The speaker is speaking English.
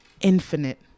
infinite